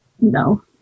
No